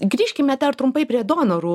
grįžkime dar trumpai prie donorų